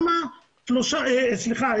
סליחה,